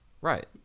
Right